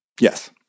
Yes